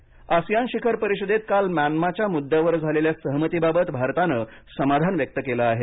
Myanmar ASEAN शिखर परिषदेत काल म्यानमारच्या मुद्द्यावर झालेल्या सहमती बाबत भारताने समाधान व्यक्त केलं आहे